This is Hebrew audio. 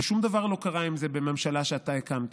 ושום דבר לא קרה עם זה בממשלה שאתה הקמת,